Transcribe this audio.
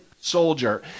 soldier